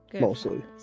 mostly